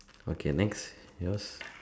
okay next yours